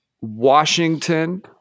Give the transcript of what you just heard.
Washington